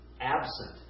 absent